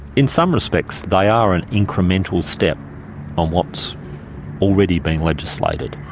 in some respects they are an incremental step on what's already been legislated.